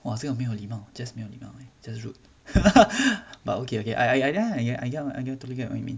哇这个没有礼貌 just 没有礼貌 eh just rude but okay okay I I ya I get I get what you mean